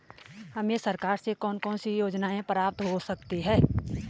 हमें सरकार से कौन कौनसी योजनाएँ प्राप्त हो सकती हैं?